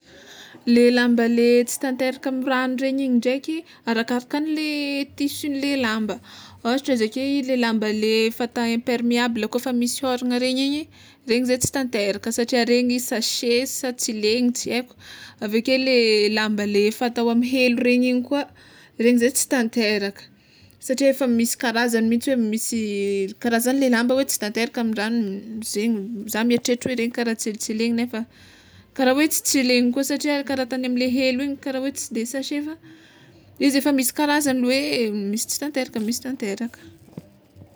Le lamba le tsy tanteraka amy ragno igny ndraiky arakarakanle tissunle lamba, ôhatra zao ake i le lamba le fatao impermeable kôfa misy ôragna regny igny regny zao tsy tanteraka satria regny sachet sady tsilegny tsy aiko, aveke le lamba le fatao amy helo regny igny koa regny ze tsy tanteraka, satria efa misy karazany mintsy hoe misy karazanle lamba tsy tanteraka amy ragno zegny za mieritreritry hoe regny kara tsilitsilegny nefa kara hoa tsy tsilegny koa satria kara ataony amle helo igny kara tsy de sachet fa izy efa miksy karazany hoe misy tsy tanteraka misy tanteraka.